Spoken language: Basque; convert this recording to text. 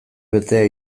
betea